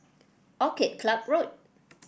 Orchid Club Road